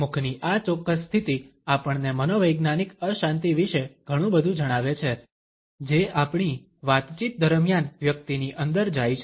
મુખની આ ચોક્કસ સ્થિતિ આપણને મનોવૈજ્ઞાનિક અશાંતિ વિશે ઘણું બધું જણાવે છે જે આપણી વાતચીત દરમિયાન વ્યક્તિની અંદર જાય છે